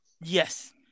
Yes